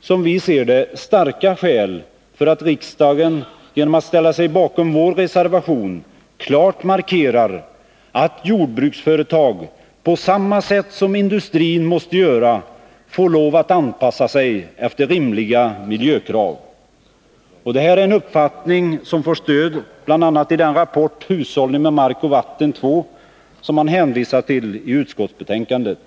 som vi ser det, starka skäl för att riksdagen genom att ställa sig 9 december 1981 bakom vår reservation klart markerar att jordbruksföretag, på samma sätt som industrin måste göra, får lov att anpassa sig efter rimliga miljökrav. Det är en uppfattning som får stöd bl.a. i den rapport, Hushållning med mark och vatten 2, som man hänvisat till i utskottsbetänkandet.